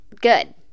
good